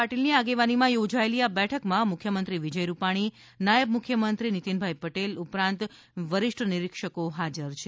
પાટિલ ની આગેવાનીમાં યોજાયેલી આ બેઠકમાં મુખ્યમંત્રી વિજય રૂપાણી નાયબ મુખ્યમંત્રી નિતિનભાઈ પટેલ ઉપરાંત વરિષ્ઠ નિરીક્ષકો હાજર છે